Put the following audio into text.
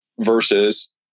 versus